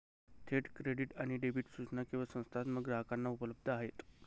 थेट क्रेडिट आणि डेबिट सूचना केवळ संस्थात्मक ग्राहकांना उपलब्ध आहेत